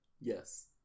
Yes